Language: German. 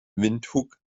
windhoek